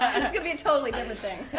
it's going to be a totally different thing.